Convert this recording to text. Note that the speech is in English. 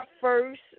first